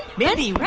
mindy,